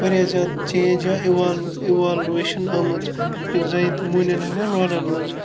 واریاہ زیادٕ چینٛج یا اِولٕو اِوالویشَن آمٕژ زَنہِ تہِ مہونِوَن ہٕنٛدیٚن رولَن منٛز